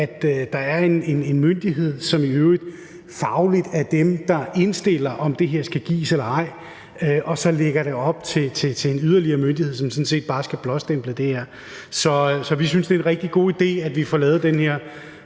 at der er en myndighed – som i øvrigt fagligt er dem, der indstiller, om det her skal gives eller ej – og som så lægger det op til en yderligere myndighed, som sådan set bare skal blåstemple det her. Så vi synes, det er en rigtig god idé, at kommunen får den her